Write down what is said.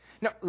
Now